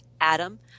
Adam